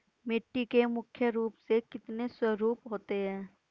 मिट्टी के मुख्य रूप से कितने स्वरूप होते हैं?